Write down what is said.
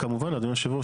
וכמובן אדוני היושב-ראש,